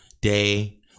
day